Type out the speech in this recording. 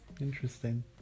Interesting